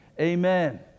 amen